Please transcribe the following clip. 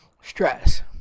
stress